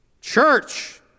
Church